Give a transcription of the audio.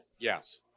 Yes